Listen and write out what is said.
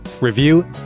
review